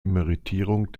emeritierung